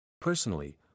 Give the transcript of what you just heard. Personally